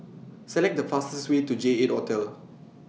Select The fastest Way to J eight Hotel